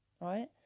Right